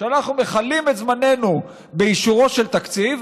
שאנחנו מכלים את זמננו באישורו של תקציב,